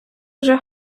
вже